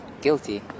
guilty